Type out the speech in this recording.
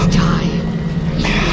die